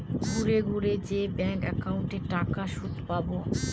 ঘুরে ঘুরে যে ব্যাঙ্ক একাউন্টে টাকার সুদ পাবো